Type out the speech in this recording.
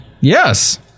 yes